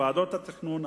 ועדות התכנון,